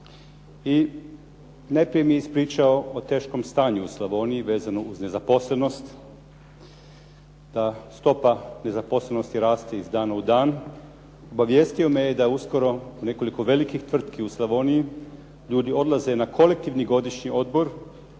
i najprije mi je ispričao o teškom stanju u Slavoniji vezano uz nezaposlenost, da stopa nezaposlenosti raste iz dana u dan. Obavijestio me da uskoro u nekoliko velikih tvrtki u Slavoniji ljudi odlaze na kolektivni godišnji odmor